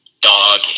dog